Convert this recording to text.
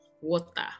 water